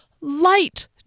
Light